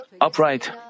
upright